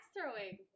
throwing